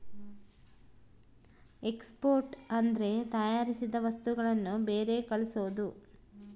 export ಅಂದ್ರೆ ತಯಾರಿಸಿದ ವಸ್ತುಗಳನ್ನು ಬೇರೆ ಕಳ್ಸೋದು